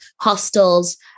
hostels